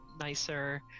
nicer